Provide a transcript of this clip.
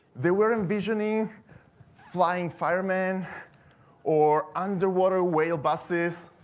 they were envisioning flying firemen or underwater whale buses,